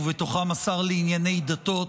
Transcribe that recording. ובתוכם השר לענייני דתות,